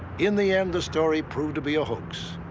in the end, the story proved to be a hoax,